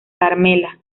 carmela